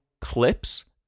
clips